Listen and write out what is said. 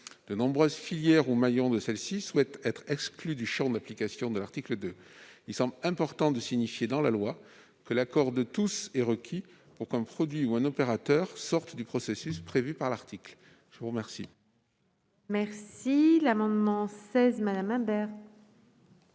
De nombreuses filières ou de nombreux maillons de celles-ci souhaitent être exclus du champ d'application de l'article 2. Il semble important de signifier dans le texte que l'accord de tous est requis pour qu'un produit ou un opérateur sorte du processus prévu par l'article. La parole est à Mme Corinne Imbert,